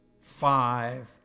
Five